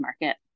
Market